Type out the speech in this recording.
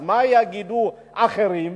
אז מה יגידו אחרים?